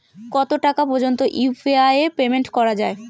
কত টাকা পর্যন্ত ইউ.পি.আই পেমেন্ট করা যায়?